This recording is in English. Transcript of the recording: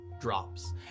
drops